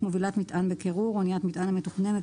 "מובילת מטען בקירור" אניית מטען המתוכננת